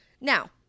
Now